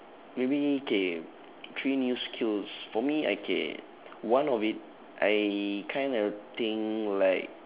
maybe okay three new skills for me okay one of it I kinda think like